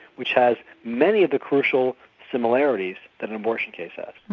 which has many of the crucial similarities that an abortion case has.